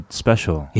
special